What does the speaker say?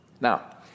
now